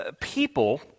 People